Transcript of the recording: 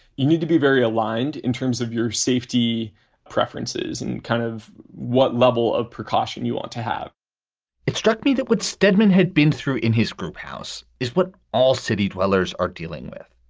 you need to be very aligned in terms of your safety preferences and kind of what level of precaution you want to have it struck me that would steadman had been through in his group house is what all city dwellers are dealing with.